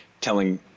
telling